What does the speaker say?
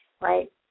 right